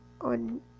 on